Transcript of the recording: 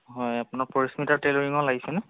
হয় আপোনাৰ পৰিস্মিতা টেইলৰিঙত লাগিছে নে